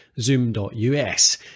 zoom.us